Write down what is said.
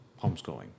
homeschooling